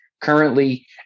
currently